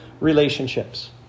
relationships